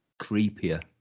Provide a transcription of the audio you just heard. creepier